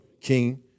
King